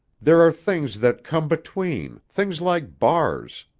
there are things that come between, things like bars.